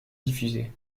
diffusé